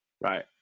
right